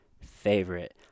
favorite